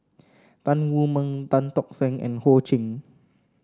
Tan Wu Meng Tan Tock Seng and Ho Ching